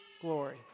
glory